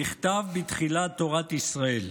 נכתב בתחילת תורת ישראל: